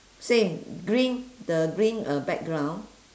same green the green uh background